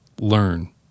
Learn